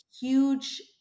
huge